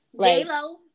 j-lo